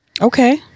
Okay